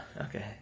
okay